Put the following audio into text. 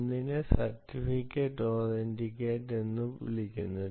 ഒന്നിനെ certificate authority എന്ന് വിളിക്കുന്നു